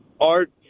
Art